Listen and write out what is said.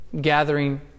gathering